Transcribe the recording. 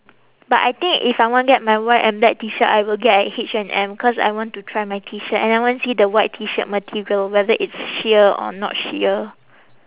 but I think if I want get my white and black T shirt I will get at H&M cause I want to try my T shirt and I want see the white T shirt material whether it's sheer or not sheer